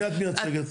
את מי את מייצגת?